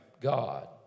God